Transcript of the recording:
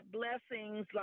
blessings